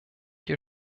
hier